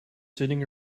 sitting